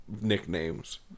nicknames